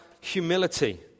humility